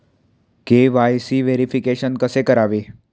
KYC verification कसे करावे?